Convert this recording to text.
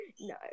No